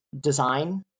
design